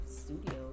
studio